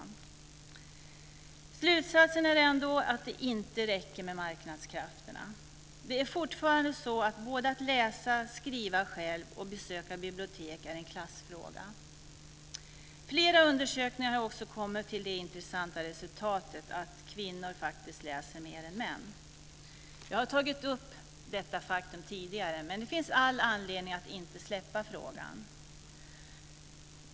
Men slutsatsen är ändå att det inte räcker med marknadskrafterna. Fortfarande är både att läsa, att skriva själv och att besöka bibliotek en klassfråga. Flera undersökningar har kommit fram till det intressanta resultatet att kvinnor faktiskt läser mer än män. Jag har tagit upp detta faktum tidigare, men det finns all anledning att inte släppa frågan.